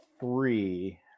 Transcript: three